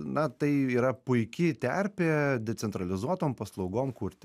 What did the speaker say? na tai yra puiki terpė decentralizuotom paslaugom kurti